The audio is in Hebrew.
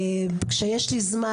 כישיש לי זמן,